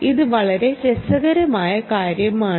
അതിനാൽ ഇത് വളരെ രസകരമായ കാര്യമാണ്